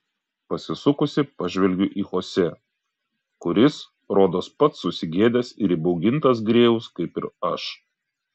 pasisukusi pažvelgiu į chosė kuris rodos pats susigėdęs ir įbaugintas grėjaus kaip ir aš